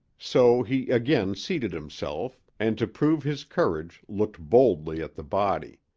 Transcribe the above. so he again seated himself, and to prove his courage looked boldly at the body